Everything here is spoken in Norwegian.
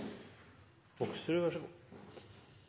Hoksrud, vær så god.